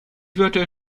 wörter